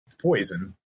poison